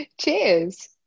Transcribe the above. Cheers